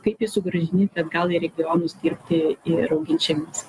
kaip jį sugrąžinti atgal į regionus dirbti ir augint šeimas